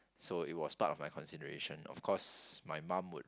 so it was part of my consideration of course my mum would